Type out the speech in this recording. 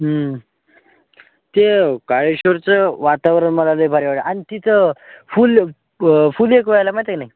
हं ते काळेश्वरचं वातावरण मला लई भारी वाटतं आणि तिथं पुल पुल एक व्हायला माहीत आहे की नाही